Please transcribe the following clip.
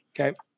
Okay